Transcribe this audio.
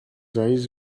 eyes